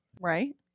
right